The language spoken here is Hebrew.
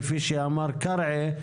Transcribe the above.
כפי שאמר קרעי,